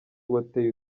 wateye